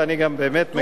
ואני גם באמת מקווה,